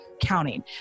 counting